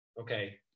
okay